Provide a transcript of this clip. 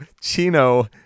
Chino